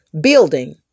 building